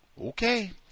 Okay